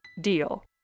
deal